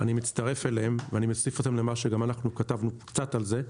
אני מצטרף אליהם ואני מוסיף אותם למה שאנחנו גם כתבנו קצת על זה.